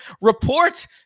report